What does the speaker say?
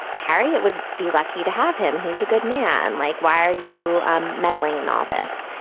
harry, it would be lucky to have him. he's a good man. like, why are you um meddling in all this?